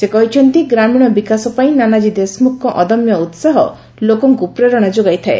ସେ କହିଛନ୍ତି ଗ୍ରାମୀଣ ବିକାଶ ପାଇଁ ନାନାକୀ ଦେଶମୁଖଙ୍କ ଅଦମ୍ୟ ଉତ୍ସାହ ଲୋକଙ୍କୁ ପ୍ରେରଣା ଯୋଗାଇଥାଏ